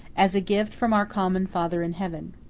as a gift from our common father in heaven.